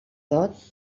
dot